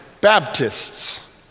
Baptists